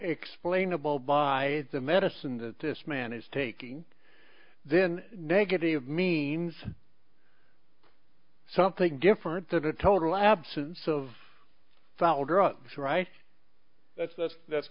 explainable by the medicine that this man is taking then negative means something different than the total absence of follow drugs or i think that's that's that's